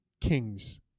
kings